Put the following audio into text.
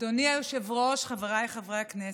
אדוני היושב-ראש, חבריי חברי הכנסת,